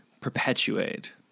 perpetuate